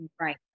Right